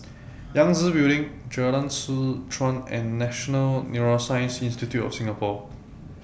Yangtze Building Jalan Seh Chuan and National Neuroscience Institute of Singapore